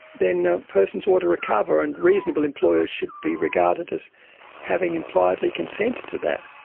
then ah persons ought to recover and reasonable employers should be regarded as having impliedly consented to that.